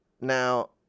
Now